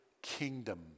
kingdom